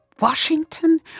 Washington